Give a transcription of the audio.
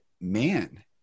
man